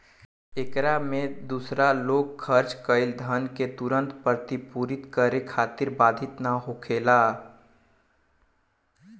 एकरा में दूसर लोग खर्चा कईल धन के तुरंत प्रतिपूर्ति करे खातिर बाधित ना होखेला